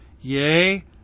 Yea